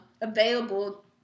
available